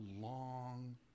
long